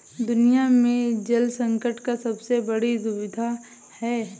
दुनिया में जल संकट का सबसे बड़ी दुविधा है